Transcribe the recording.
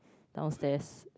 downstairs